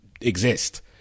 exist